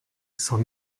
sans